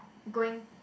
going